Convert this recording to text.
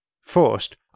First